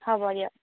হ'ব দিয়ক